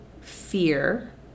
fear